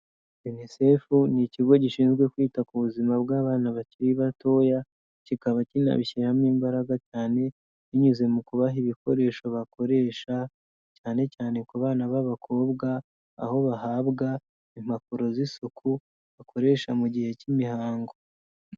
Unicef ni ikigo gishinzwe kwita ku buzima bw'abana bakiri batoya, kikaba kinabishyiramo imbaraga cyane binyuze mu kubaha ibikoresho bakoresha, cyane cyane ku bana b'abakobwa aho bahabwa impapuro z'isuku bakoresha mu gihe k'imihango.